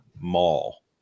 mall